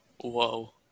whoa